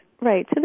right